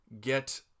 get